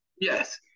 Yes